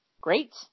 great